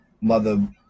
mother